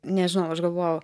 nežinau aš galvojau